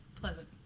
pleasant